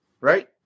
right